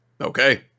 okay